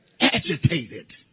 Agitated